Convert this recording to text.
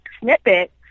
snippet